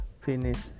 finish